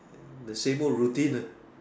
the same old routine nah